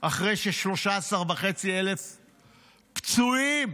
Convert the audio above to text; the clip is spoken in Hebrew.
אחרי ש-13,500 פצועים